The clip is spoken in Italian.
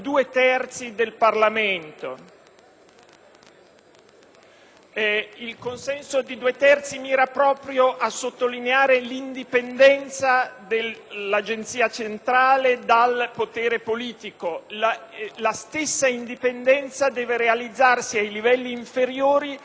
Tale consenso mira proprio a sottolineare l'indipendenza dell'Agenzia centrale dal potere politico e la stessa indipendenza deve realizzarsi ai livelli inferiori rispetto ai livelli inferiori del potere politico.